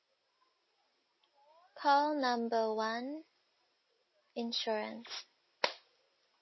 call number one insurance